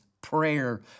prayer